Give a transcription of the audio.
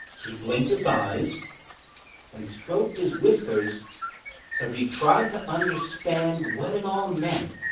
he blinked his eyes and stroked his whiskers as he tried to understand what it all meant.